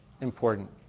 important